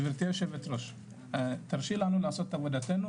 תרשי לנו לעשות את עבודתנו